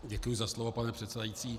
Děkuji za slovo, pane předsedající.